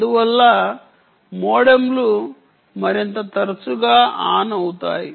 అందువల్ల మోడెములు మరింత తరచుగా ఆన్ అవుతాయి